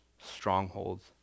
strongholds